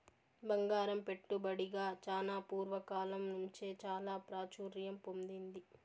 బంగారం పెట్టుబడిగా చానా పూర్వ కాలం నుంచే చాలా ప్రాచుర్యం పొందింది